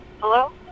Hello